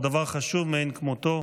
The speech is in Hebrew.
הוא דבר חשוב מאין כמותו.